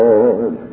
Lord